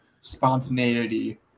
spontaneity